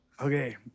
Okay